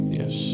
yes